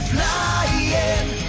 Flying